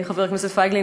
חבר הכנסת פייגלין,